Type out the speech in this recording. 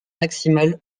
maximale